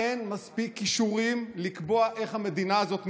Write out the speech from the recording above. אין מספיק כישורים לקבוע איך המדינה הזאת נראית,